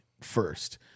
first